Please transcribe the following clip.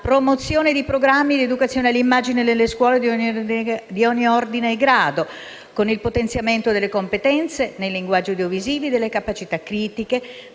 promozione di programmi di educazione all'immagine nelle scuole di ogni ordine e grado, con il potenziamento delle competenze nei linguaggi audiovisivi e delle capacità critiche,